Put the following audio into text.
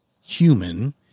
human